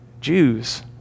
Jews